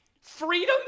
Freedom